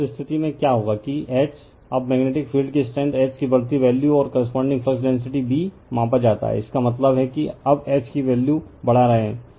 तो उस स्थिति में क्या होगा कि H अब मेग्नेटिक फील्ड की स्ट्रेंथ H कि बढती वैल्यू और कोर्रेस्पोंडिंग फ्लक्स डेंसिटी B मापा जाता है इसका मतलब है कि अब H कि वैल्यू बढ़ा रहे हैं